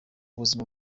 ubuzima